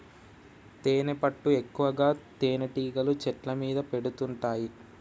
తేనెపట్టు ఎక్కువగా తేనెటీగలు చెట్ల మీద పెడుతుంటాయి